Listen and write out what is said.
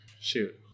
Shoot